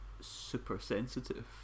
super-sensitive